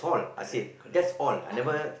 correct correct